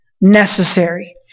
necessary